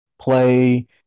play